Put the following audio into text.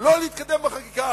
לא להתקדם בחקיקה.